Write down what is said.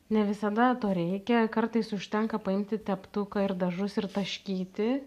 ne visada to reikia kartais užtenka paimti teptuką ir dažus ir taškyti